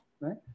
Right